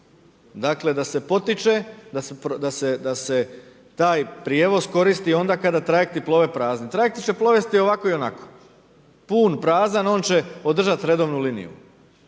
tome, da se potiče, da se taj prijevoz koristi onda kada trajekti plove prazno. Trajekti će …/Govornik se ne razumije./… ovako ili onako, pun ili prazan, on će održati redovnu liniju.